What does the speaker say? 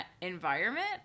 environment